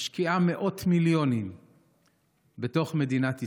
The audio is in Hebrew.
שמשקיעה מאות מיליונים בתוך מדינת ישראל.